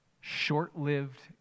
short-lived